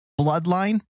bloodline